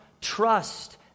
Trust